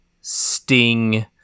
Sting